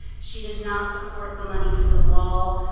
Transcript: she does not support the money for the wall.